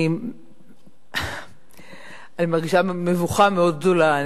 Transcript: אני מרגישה מבוכה מאוד גדולה.